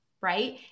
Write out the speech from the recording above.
right